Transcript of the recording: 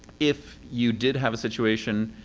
if you did have a situation